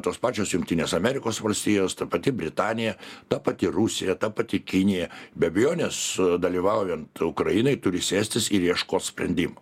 tos pačios jungtinės amerikos valstijos ta pati britanija ta pati rusija ta pati kinija be abejonės dalyvaujant ukrainai turi sėstis ir ieškot sprendimo